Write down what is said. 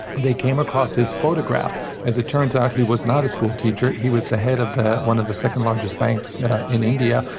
they came across his photograph. as it turns out, he was not a school teacher. he was the head of one of the second-largest banks in india,